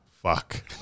fuck